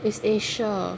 is asia